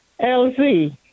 LZ